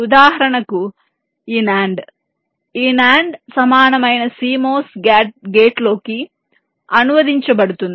ఉదాహరణకు ఈ NAND ఈ NAND సమానమైన CMOS గేట్లోకి అనువదించబడుతుంది